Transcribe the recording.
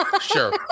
Sure